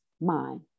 mind